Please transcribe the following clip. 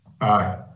Aye